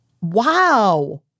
Wow